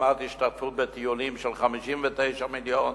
כדוגמת השתתפות בטיולים, של 59 מיליון,